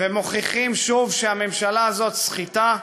מוכיחים שוב שהממשלה הזאת סחיטה,